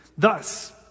Thus